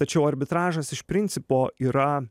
tačiau arbitražas iš principo yra